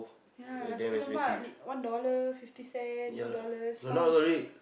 ya nasi-lemak li~ one dollar fifty cent two dollars now